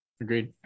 Agreed